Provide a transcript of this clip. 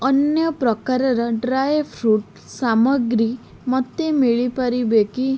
ଅନ୍ୟ ପ୍ରକାରର dry fruit ସାମଗ୍ରୀ ମୋତେ ମିଳିପାରିବ କି